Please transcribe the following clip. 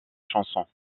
chansons